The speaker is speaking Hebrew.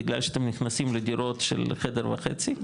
בגלל שאתם נכנסים לדירות של חדר וחצי,